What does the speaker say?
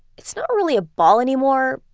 it's not really a ball anymore,